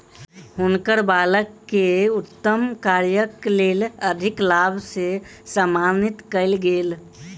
हुनकर बालक के उत्तम कार्यक लेल अधिलाभ से सम्मानित कयल गेल